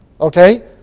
Okay